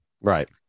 right